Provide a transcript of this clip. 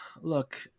Look